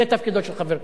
זה תפקידו של חבר כנסת,